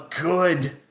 good